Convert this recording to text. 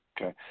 Okay